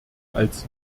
als